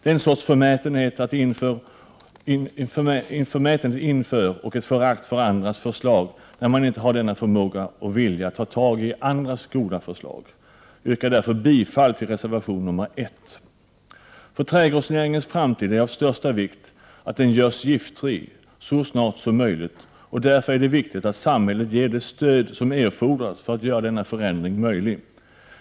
Det är en sorts förmätenhet inför och ett förakt för andras förslag när man inte har denna förmåga att vilja ta tag i andras goda förslag. Jag yrkar bifall till reservation 1. För trädgårdsnäringens framtid är det av största vikt att den görs giftfri så snart som det är möjligt, och därför är det viktigt att samhället ger det stöd som erfordras för att göra denna förändring möjlig.